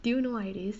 do you know what it is